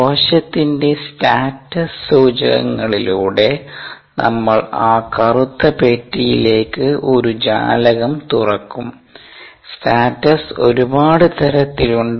കോശത്തിന്റെ "സ്റ്റാറ്റസ്" സൂചകങ്ങളിലൂടെ നമ്മൾ ആ കറുത്ത പെട്ടിയിലേക്ക് ഒരു ജാലകം തുറക്കും സ്റ്റാറ്റസ് ഒരുപാട് തരത്തിൽ ഉണ്ട്